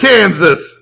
Kansas